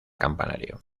campanario